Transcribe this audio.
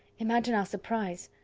imagine our surprise.